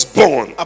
born